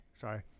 sorry